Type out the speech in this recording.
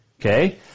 okay